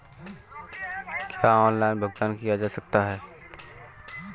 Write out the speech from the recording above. क्या ऑनलाइन भुगतान किया जा सकता है?